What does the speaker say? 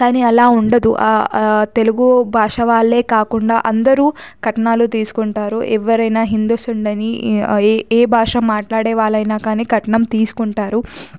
కానీ అలా ఉండదు తెలుగు భాష వాళ్ళే కాకుండా అందరూ కట్నాలు తీసుకుంటారు ఎవరైనా హిందుస్ ఉండని ఏ భాష మాట్లాడే వాళ్ళైనా కానీ కట్నం తీసుకుంటారు